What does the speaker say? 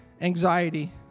anxiety